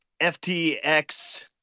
FTX